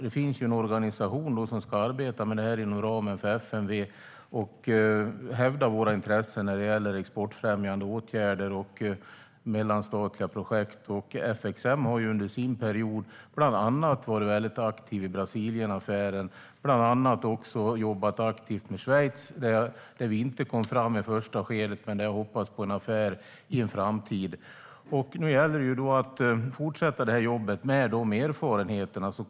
Det finns en organisation som ska arbeta med det här inom ramen för FMV och hävda våra intressen när det gäller exportfrämjande åtgärder och mellanstatliga projekt. FXM har ju under sin period bland annat varit aktiv i Brasilienaffären och jobbat aktivt med Schweiz, där vi inte kom ända fram i första skedet men hoppas på en affär i en framtid. Nu gäller det att fortsätta jobbet med de erfarenheterna.